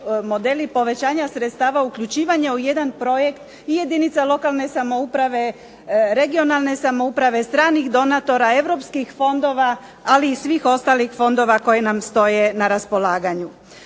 modeli povećanja sredstava uključivanja u jedan projekt i jedinica lokalne samouprave, regionalne samouprave, stranih donatora, europskih fondova, ali i svih ostalih fondova koji nam stoje na raspolaganju.